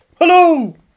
Hello